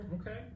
Okay